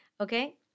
okay